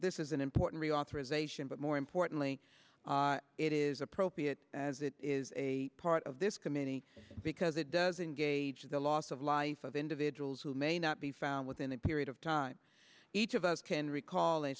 this is an important reauthorization but more importantly it is appropriate as it is a part of this committee because it does engage the loss of life of individuals who may not be found within that period of time each of us can recall a